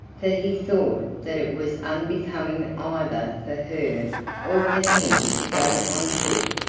for he thought that it was unbecoming either for her or for him to go on foot.